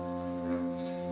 or